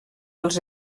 els